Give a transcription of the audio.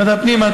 ועדת הפנים.